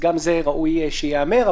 וגם זה ראוי שייאמר.